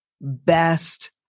best